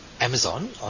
Amazon